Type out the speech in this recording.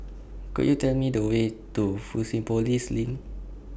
Could YOU Tell Me The Way to Fusionopolis LINK